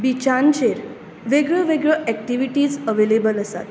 बिच्यांचेर वेगळ्यो वेगळ्यो activities available आसात